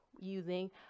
using